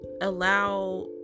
allow